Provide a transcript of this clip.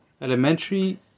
Elementary